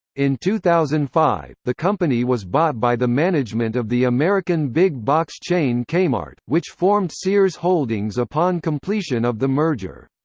in two thousand and five, the company was bought by the management of the american big box chain kmart, which formed sears holdings upon completion of the merger.